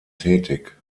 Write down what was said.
tätig